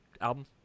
album